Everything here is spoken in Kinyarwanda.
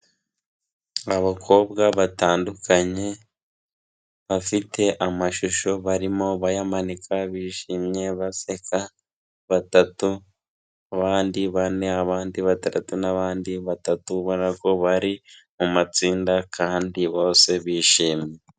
Abakobwa batandukanye, bafite amashusho barimo bayamanika bishimye baseka, batatu abandi bane, abandi batandatu n'abandi batatu, ubona ko bari mu matsinda kandi bose bishimye.